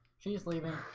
she's leaving